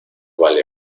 vale